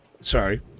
Sorry